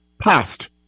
past